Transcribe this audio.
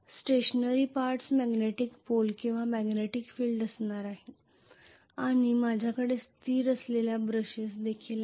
stationery parts magnetics pole किंवा magnetic field असणार आहेत आणि माझ्याकडे स्थिर असलेल्या ब्रशेस देखील आहेत